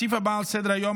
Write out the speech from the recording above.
הסעיף הבא על סדר-היום,